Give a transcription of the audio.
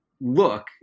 look